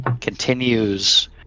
continues